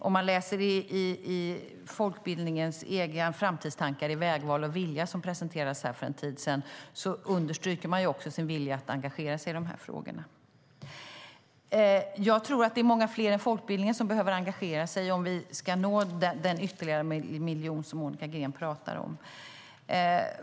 I folkbildningens egna framtidstankar i Folkbildningens vägval & vilja som presenterades för en tid sedan understryker man också sin vilja att engagera sig i de här frågorna. Jag tror att det är många fler än folkbildningen som behöver engagera sig om vi ska nå den ytterligare miljon som Monica Green pratar om.